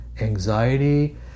Anxiety